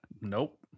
nope